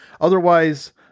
Otherwise